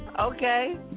Okay